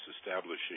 establishing